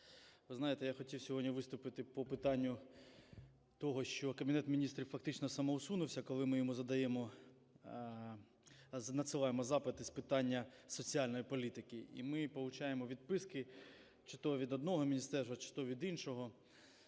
Ви знаєте, я хотів сьогодні виступити по питанню того, що Кабінет Міністрів фактично самоусунувся, коли ми йому задаємо, надсилаємо запити з питання соціальної політики. І ми получаємо відписки чи то від одного міністерства, чи то від іншого.